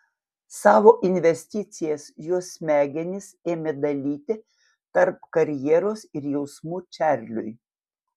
savo investicijas jos smegenys ėmė dalyti tarp karjeros ir jausmų čarliui